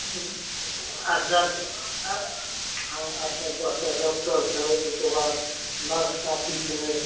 ओहिमे आठ दश आठ टा दश टा डॉक्टर छै ओहिके बाद नर्स काफी छै